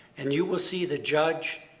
and you will see the judge,